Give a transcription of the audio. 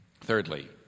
Thirdly